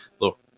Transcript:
look